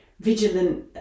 vigilant